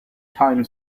time